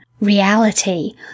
reality